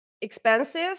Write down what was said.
expensive